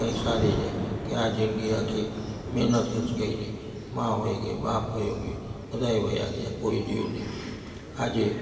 કંઇક સારી જાય કે આ જિંદગી આખી મહેનત જ કરી મા વહી ગઈ બાપ વહી ગયો બધાં વહી ગયાં કોઈ રહ્યું નહીં આજે